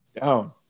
down